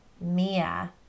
Mia